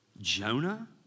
Jonah